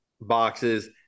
boxes